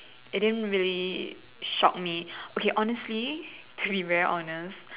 it didn't really shock me okay honestly to be very honest